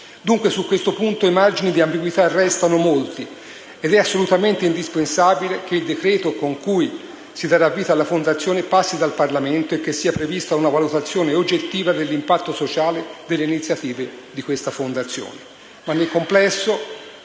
Su questo punto, dunque, i margini di ambiguità restano molti ed è assolutamente indispensabile che il decreto con cui si darà vita alla fondazione passi dal Parlamento e sia prevista una valutazione oggettiva dell'impatto sociale delle sue iniziative. Tuttavia nel